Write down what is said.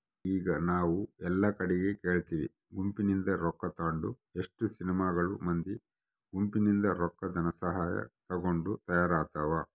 ಈಗ ನಾವು ಎಲ್ಲಾ ಕಡಿಗೆ ಕೇಳ್ತಿವಿ ಗುಂಪಿನಿಂದ ರೊಕ್ಕ ತಾಂಡು ಎಷ್ಟೊ ಸಿನಿಮಾಗಳು ಮಂದಿ ಗುಂಪಿನಿಂದ ರೊಕ್ಕದಸಹಾಯ ತಗೊಂಡು ತಯಾರಾತವ